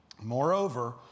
Moreover